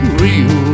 real